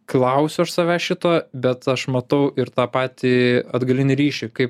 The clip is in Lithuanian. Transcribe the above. klausiu aš savęs šito bet aš matau ir tą patį atgalinį ryšį kaip